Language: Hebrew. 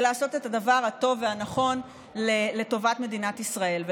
ולעשות את הדבר הטוב והנכון לטובת מדינת ישראל.